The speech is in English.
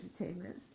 entertainment